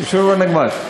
יושב בנגמ"ש.